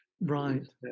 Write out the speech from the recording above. right